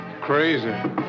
Crazy